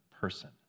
person